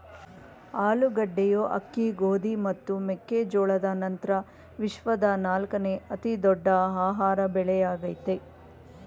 ಆಲೂಗಡ್ಡೆಯು ಅಕ್ಕಿ ಗೋಧಿ ಮತ್ತು ಮೆಕ್ಕೆ ಜೋಳದ ನಂತ್ರ ವಿಶ್ವದ ನಾಲ್ಕನೇ ಅತಿ ದೊಡ್ಡ ಆಹಾರ ಬೆಳೆಯಾಗಯ್ತೆ